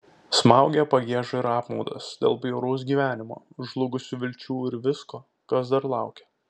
smaugė pagieža ir apmaudas dėl bjauraus gyvenimo žlugusių vilčių ir visko kas dar laukia